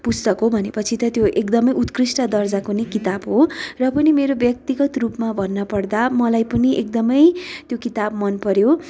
पुस्तक हो भनेपछि त त्यो एकदमै उत्कृष्ट दर्जाको नै किताब हो र पनि मेरो व्यक्तिगत रूपमा भन्नपर्दा मलाई पनि एकदमै त्यो किताब मनपऱ्यो